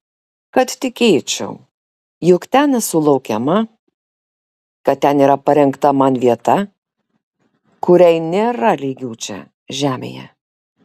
kad tikėčiau jog ten esu laukiama kad ten yra parengta man vieta kuriai nėra lygių čia žemėje